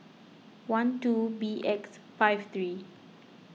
one two B X five three